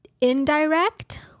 indirect